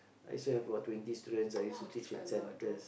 I still have about twenty students I used to teach in centres